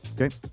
Okay